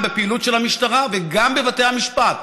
גם בפעילות של המשטרה וגם בבתי המשפט: